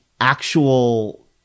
actual